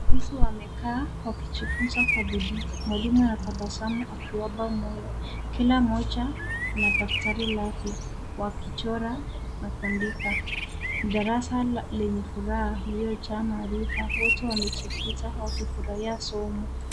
Wanafunzi wamekaa wakijifunza kwa bidii . Mwalimu anatabasamu akiwapa moyo . Kila mmoja ana daftari lake wakichora na kuandika. Darasa lenye furaha lililojaa maarifa. Wote wamejikita wakifurahia somo.